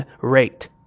rate